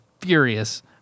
furious